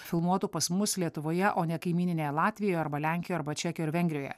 filmuotų pas mus lietuvoje o ne kaimyninėje latvijoje arba lenkijoje arba čekijoje vengrijoje